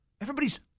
everybody's